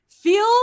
Feel